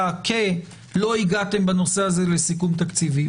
כי לא הגעתם בנושא הזה לסיכום תקציבי?